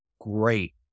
Great